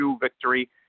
victory